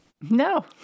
No